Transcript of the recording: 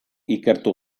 ikertu